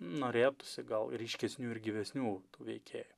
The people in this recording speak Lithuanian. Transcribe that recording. norėtųsi gal ryškesnių ir gyvesnių tų veikėjų